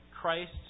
Christ